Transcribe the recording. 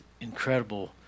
incredible